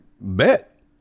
bet